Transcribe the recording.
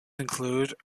include